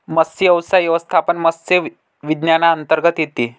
मत्स्यव्यवसाय व्यवस्थापन मत्स्य विज्ञानांतर्गत येते